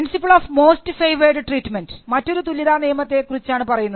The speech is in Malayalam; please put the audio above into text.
principle of most favoured treatment മറ്റൊരു തുല്യതാ നിയമത്തെ കുറിച്ചാണ് പറയുന്നത്